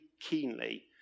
keenly